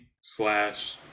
slash –